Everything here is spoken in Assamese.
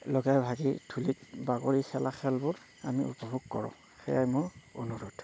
লগে ভাগে ধূলিত বাগৰি খেলা খেলবোৰ আমি উপভোগ কৰোঁ সেয়াই মোৰ অনুৰোধ